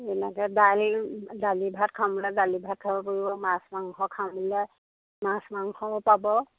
এনেকৈ দাইল দালি ভাত খাম বুলিলে দালি ভাত খাব পাৰিব মাছ মাংস খাও বুলিলে মাছ মাংসও পাব